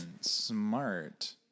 Smart